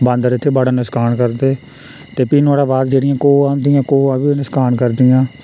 बांदर इत्थें बड़ा नकसान करदे ते फ्ही नुहाड़े बाद जेह्ड़ियां घोआं होंदियां घोआं बी ओह् नकसान करदियां